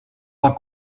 pas